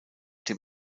dem